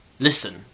Listen